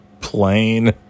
plain